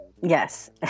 yes